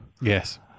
Yes